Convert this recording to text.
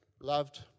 loved